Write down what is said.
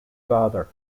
father